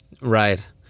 Right